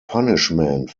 punishment